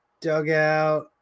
dugout